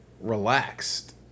relaxed